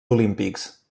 olímpics